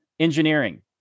engineering